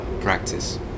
practice